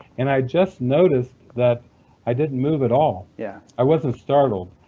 and i just noticed that i didn't move at all. yeah i wasn't startled.